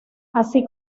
así